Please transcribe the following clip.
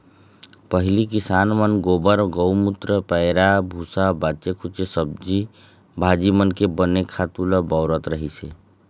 पहिली किसान मन गोबर, गउमूत्र, पैरा भूसा, बाचे खूचे सब्जी भाजी मन के बने खातू ल बउरत रहिस हे